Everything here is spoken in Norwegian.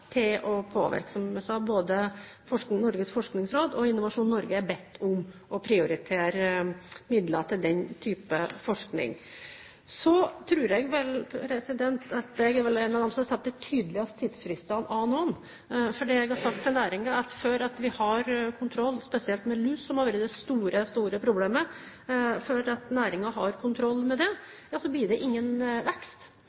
til å påvirke. Som jeg sa, både Norges forskningsråd og Innovasjon Norge er bedt om å prioritere midler til den type forskning. Så tror jeg vel at jeg er en av dem som setter de tydeligste tidsfristene av alle. For det jeg har sagt til næringen, er at før næringen har kontroll, spesielt med lus, som har vært det store, store problemet, blir det ingen vekst. Det er et språk næringen forstår, og som jeg opplever at næringen absolutt har